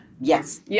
Yes